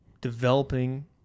developing